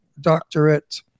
Doctorate